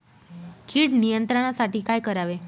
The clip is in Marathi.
कीड नियंत्रणासाठी काय करावे?